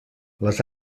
les